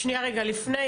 שנייה רגע לפני,